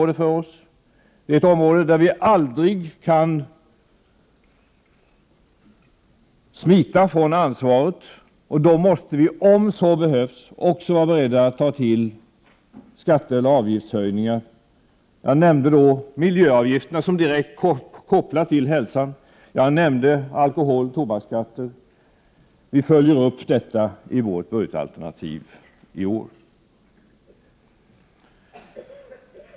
Det är också ett område där vi aldrig kan smita från ansvaret. Vi måste, om så behövs, vara beredda att ta till skatteeller avgiftshöjningar. Jag nämnde miljöavgifterna, som är direkt kopplade till hälsan, och jag nämnde alkoholoch tobaksskatter. Vi följer upp detta i vårt budgetalternativ i år.